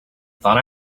thought